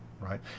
right